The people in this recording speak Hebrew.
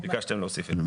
ביקשתם להוסיף את זה.